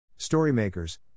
Storymakers